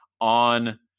on